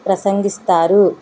ప్రసంగిస్తారు